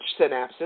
synapses